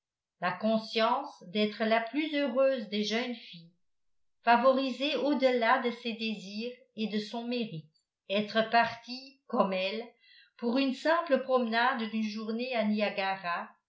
la conscience d'être la plus heureuse des jeunes filles favorisée au-delà de ses désirs et de son mérite être partie comme elle pour une simple promenade d'une journée à niagara